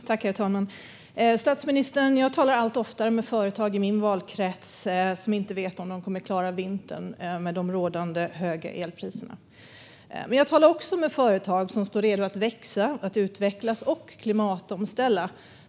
Herr talman! Jag talar allt oftare med företag i min valkrets som inte vet om de kommer att klara vintern med de rådande höga elpriserna. Men jag talar också med företag som står redo att växa, utvecklas och klimatomställa.